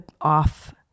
off